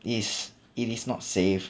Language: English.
it is it is not safe